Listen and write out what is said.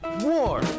war